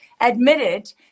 admitted